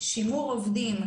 שימור עובדים,